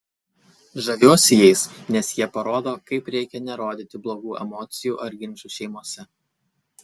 žaviuosi jais nes jie parodo kaip reikia nerodyti blogų emocijų ar ginčų šeimose